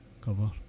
cover